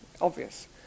obvious